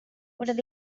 what